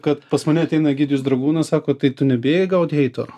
kad pas mane ateina egidijus dragūnas sako tai tu nebijai gaut heito